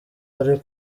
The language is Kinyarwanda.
ari